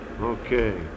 Okay